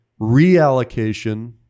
reallocation